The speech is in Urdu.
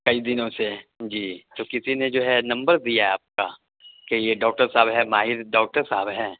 کئی دنوں سے جی تو کسی نے جو ہے نمبر دیا ہے آپ کا کہ یہ ڈاکٹر صاحب ہیں ماہر ڈاکٹر صاحب ہیں